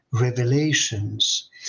revelations